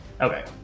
Okay